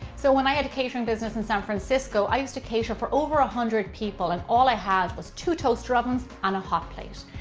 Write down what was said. so when i had a catering business in san francisco, i used to cater for over one ah hundred people and all i had was two toaster ovens and a hot plate,